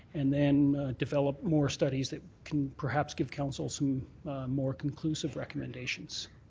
and then develop more studies that can perhaps give council some more conclusive recommendations.